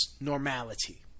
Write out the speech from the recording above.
normality